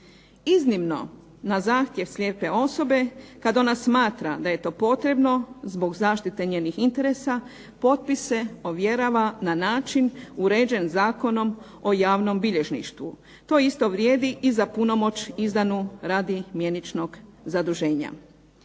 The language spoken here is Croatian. Iznimno, na zahtjev slijepe osobe kad ona smatra da je to potrebno zbog zaštite njenih interesa potpise ovjerava na način uređen Zakonom o javnom bilježništvu. To isto vrijedi i za punomoć izdanu radi mjeničnog zaduženja.